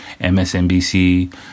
MSNBC